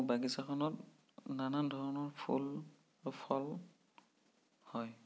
বাগিচাখনত নানান ধৰণৰ ফুল বা ফল হয়